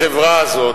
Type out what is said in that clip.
לקחה את החברה הזאת,